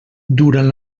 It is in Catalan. durant